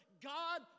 God